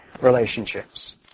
relationships